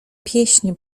pieśń